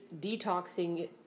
detoxing